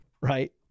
right